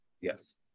Yes